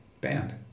Banned